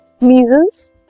measles